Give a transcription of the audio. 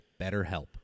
BetterHelp